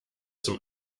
zum